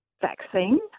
vaccine